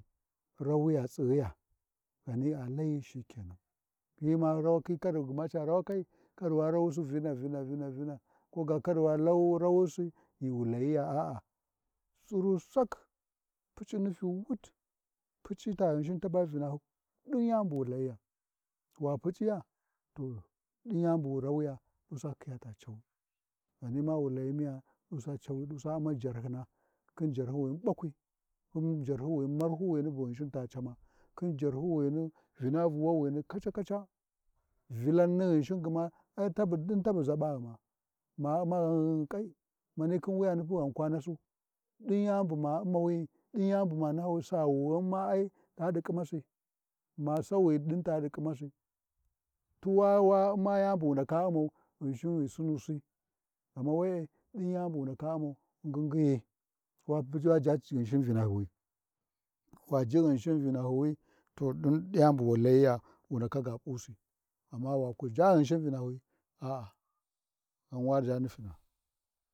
Rawiya tsighiya, ghani a Lai shikenan, hyi ma rawakhi kar gma ca rawakhii wa rawusi Vina-Vina-Vina, kuga kar wa Lau wa rawusi ghi wu Layiya, a,a, tsirau sac p’uci nufiyu wit, puc’i ta Ghinshin taba Vinahy, ɗin yan wu layiya, wa P’uciya to ɗin Yani bu wu rawuya to ɗusa khiya ta caw ghani ma wu layi miya? dusa cawi, ɗusa U’mma jarhyiwini marwhun bu Ghinshin ta cama, jarhyiwini Vinavuwawini kaca-kaca, Vilan ni Ghinshin gma, aiɗin tabu ʒaɓaghima ma Umma ghan ghanghin ƙai manipu khin wuyanu ghamkwa nasu, ɗin yani bu me Ummahi ɗin yani bu ma nahusa, ghan sawun ma ai taɗi ƙimasi, ma sawi ɗin taɗi kimasi, tuwa wa wa Umma Yani bu wundaka Ummau, Ghinshin ghi Sinusi ghama we-e din yani bu wu ndaka ummau ngingiyi pu'ci wa zha Ghinsin vina hyuwi, wa zhi Ghinsin vinahyiwi to ɗin yani bu layiya wu ndaka ga p’usi amma waku ʒha Ghinshin Vinahyuwi, a'a gha waʒha nufina.